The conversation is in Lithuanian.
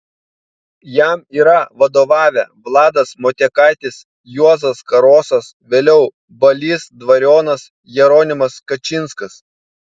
jam yra vadovavę vladas motiekaitis juozas karosas vėliau balys dvarionas jeronimas kačinskas